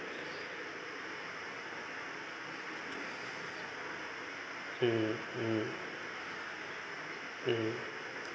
mm mm mm